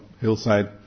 hillside